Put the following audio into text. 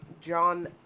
John